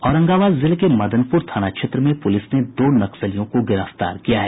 औरंगाबाद जिले के मदनपुर थाना क्षेत्र में पुलिस ने दो नक्सलियों को गिरफ्तार किया है